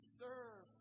serve